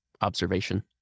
observation